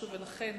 ולכן